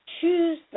Choose